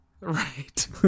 Right